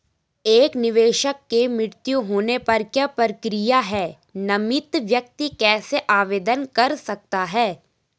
एक निवेशक के मृत्यु होने पर क्या प्रक्रिया है नामित व्यक्ति कैसे आवेदन कर सकता है?